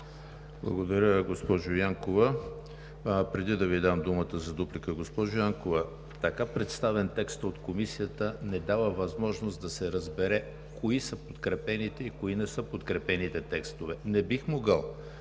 Благодаря, госпожо Янкова. Преди да Ви дам думата за дуплика, госпожо Янкова, така представен текстът от Комисията не дава възможност да се разбере кои са подкрепените и кои не са подкрепените текстове. Не бих могъл